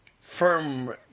firm